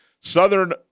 Southern